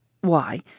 Why